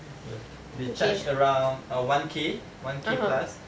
ya they charge around one K one K plus